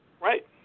Right